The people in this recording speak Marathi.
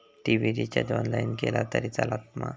टी.वि रिचार्ज ऑनलाइन केला तरी चलात मा?